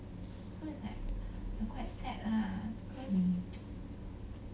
hmm